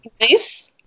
Nice